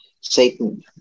Satan